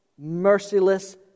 merciless